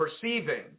perceiving